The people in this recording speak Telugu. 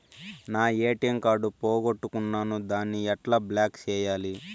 నా ఎ.టి.ఎం కార్డు పోగొట్టుకున్నాను, దాన్ని ఎట్లా బ్లాక్ సేయాలి?